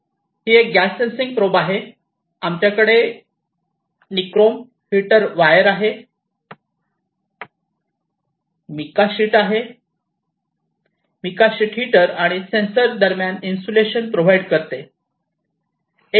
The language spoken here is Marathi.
ही एक गॅस सेन्सिंग प्रोब आहे आमच्याकडे ही निक्रोम हिटर वायर आहे मिका शीटआहे मिका शीट हीटर आणि सेन्सर दरम्यान इन्सुलेशन प्रोव्हाइड करते